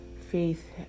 faith